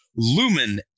Lumen